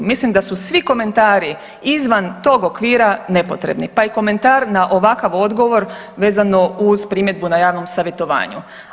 Mislim da su svi komentari izvan tog okvira nepotrebni, pa i komentar na ovakav odgovor vezano uz primjedbu na javnom savjetovanju.